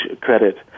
credit